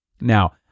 Now